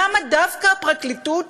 למה דווקא הפרקליטות